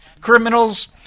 criminals